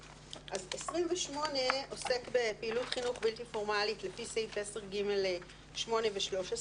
28 עוסק בפעילות חינוך בלתי פורמלית לפי סעיף 10ג' (9) ו-(13),